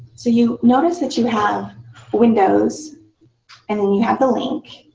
so you notice that you have windows and then you have the link,